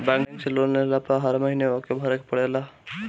bank से loan लेहला पअ हर महिना ओके भरे के पड़ेला